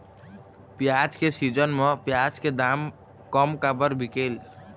प्याज के सीजन म प्याज के दाम कम काबर बिकेल?